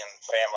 family